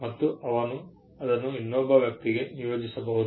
ಮತ್ತು ಅವನು ಅದನ್ನು ಇನ್ನೊಬ್ಬ ವ್ಯಕ್ತಿಗೆ ನಿಯೋಜಿಸಬಹುದು